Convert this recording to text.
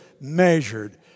measured